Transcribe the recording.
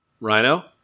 Rhino